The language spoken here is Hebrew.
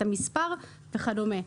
את המספר וכדומה.